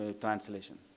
translation